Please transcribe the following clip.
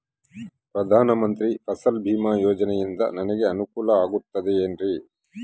ಪ್ರಧಾನ ಮಂತ್ರಿ ಫಸಲ್ ಭೇಮಾ ಯೋಜನೆಯಿಂದ ನನಗೆ ಅನುಕೂಲ ಆಗುತ್ತದೆ ಎನ್ರಿ?